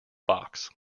box